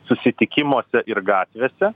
susitikimuose ir gatvėse